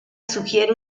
sugiere